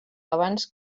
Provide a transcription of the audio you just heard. abans